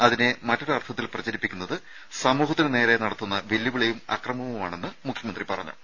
അതിനെ മറ്റൊരർത്ഥത്തിൽ പ്രചരിപ്പിക്കുന്നത് സമൂഹത്തിന് നേരെ നടത്തുന്ന വെല്ലുവിളിയും അക്രമവുമാണെന്ന് മുഖ്യമന്ത്രി പറഞ്ഞു